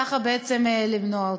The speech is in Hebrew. וכך למנוע אותה.